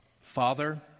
Father